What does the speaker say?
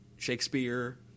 Shakespeare